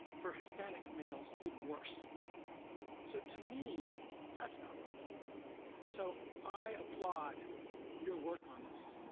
for hispanic males even worse so to me that's not working so i applaud your work on this.